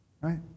Right